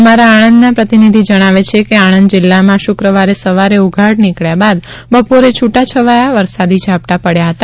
અમારા આણંદના પ્રતિનિધિ જણાવે છે કે આણંદ જિલ્લામાં શુક્રવારે સવારે ઉઘાડ નીકળ્યા બાદ બપોરે છૂટા છવાયા વરસાદી ઝાપટાં પડ્યા હતા